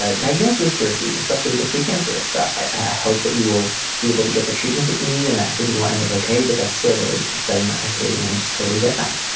ah diagnosis to receive especially with the precancerous stuff. i hope that you will be able to get the treatment that you need and that everything will end up ok but that's still really upsetting isolating and i just totally get that.